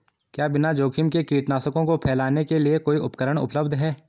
क्या बिना जोखिम के कीटनाशकों को फैलाने के लिए कोई उपकरण उपलब्ध है?